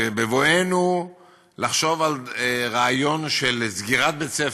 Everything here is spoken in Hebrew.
ובבואנו לחשוב על רעיון של סגירת בית-ספר,